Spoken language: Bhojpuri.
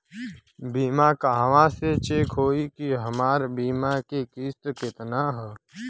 बीमा कहवा से चेक होयी की हमार बीमा के किस्त केतना ह?